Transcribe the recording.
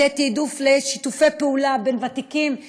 לתת תעדוף לשיתופי פעולה בין ותיקים לחדשים,